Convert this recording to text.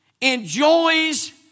enjoys